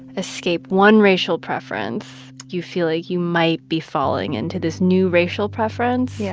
escape one racial preference, you feel like you might be falling into this new racial preference. yeah